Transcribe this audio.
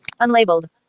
Unlabeled